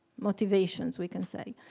motivations, we can say,